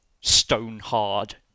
stone-hard